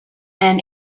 and